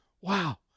Wow